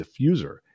diffuser